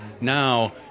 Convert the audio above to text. Now